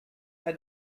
had